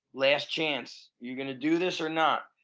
last chance, you going to do this or not?